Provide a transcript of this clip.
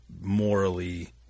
morally